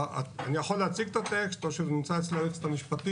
אני יכול להציג את הטקסט או שזה נמצא אצל היועצת המשפטית.